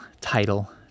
title